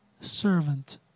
servant